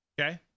Okay